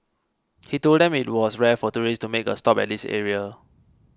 he told them that it was rare for tourists to make a stop at this area